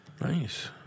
Nice